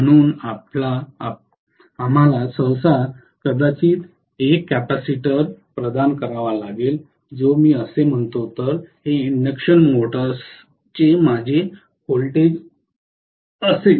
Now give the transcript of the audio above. म्हणून आम्हाला सहसा कदाचित एक कॅपेसिटर प्रदान करावा लागेल जो मी असे म्हणतो तर हे इंडक्शन मोटरचे माझे व्होल्टेज असेल